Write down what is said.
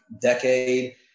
decade